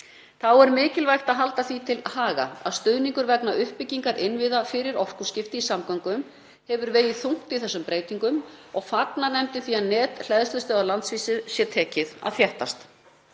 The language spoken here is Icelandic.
Þá er mikilvægt að halda því til haga að stuðningur vegna uppbyggingar innviða fyrir orkuskipti í samgöngum hefur vegið þungt í þessum breytingum og fagnar nefndin því að net hleðslustöðva á landsvísu sé tekið að þéttast.